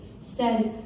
says